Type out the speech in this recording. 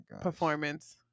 performance